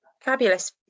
Fabulous